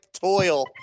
toil